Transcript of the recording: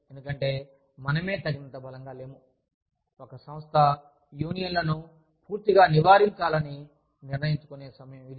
ఎందుకంటే మనమే తగినంత బలంగా లేము ఒక సంస్థ యూనియన్లను పూర్తిగా నివారించాలని నిర్ణయించుకునే సమయం ఇది